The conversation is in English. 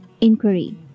Inquiry